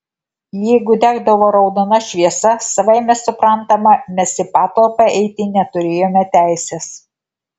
jeigu degdavo raudona šviesa savaime suprantama mes į patalpą eiti neturėjome teisės